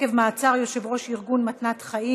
בנושא: הפגיעה בחולי כליות עקב מעצר יושב-ראש ארגון מתנת חיים.